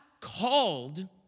called